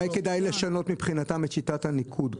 אולי מבחינתם כדאי לשנות את שיטת הניקוד.